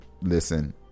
Listen